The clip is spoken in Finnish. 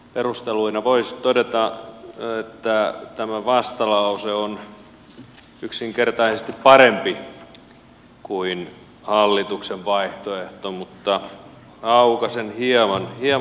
perusteluina voisi todeta että tämä vastalause on yksinkertaisesti parempi kuin hallituksen vaihtoehto mutta aukaisen hieman enemmän